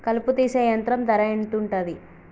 కలుపు తీసే యంత్రం ధర ఎంతుటది?